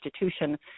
institution